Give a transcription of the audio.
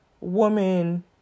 woman